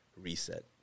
reset